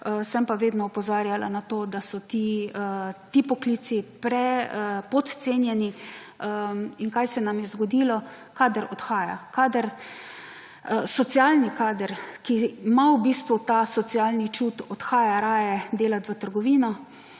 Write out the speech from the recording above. Sem pa vedno opozarjala na to, da so ti poklici podcenjeni. In kaj se nam je zgodilo? Kader odhaja. Socialni kader, ki ima v bistvu ta socialni čut odhaja raje delati v trgovino,